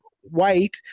white